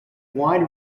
wide